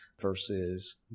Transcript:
versus